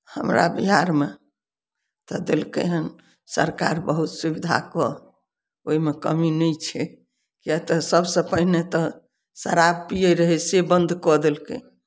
हमरा बिहारमे तऽ देलकै हन सरकार बहुत सुविधा कऽ ओहिमे कमी नहि छै किए तऽ सभसँ पहिने तऽ शराब पियै रहै से बन्द कऽ देलकै